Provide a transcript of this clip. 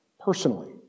Personally